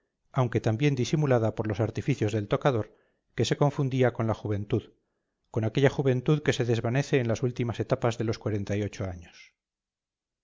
aunque tan bien disimulada por los artificios del tocador que se confundía con la juventud con aquella juventud que se desvanece en las últimas etapas de los cuarenta y ocho años